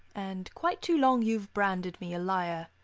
and quite too long you've branded me a liar.